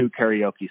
karaoke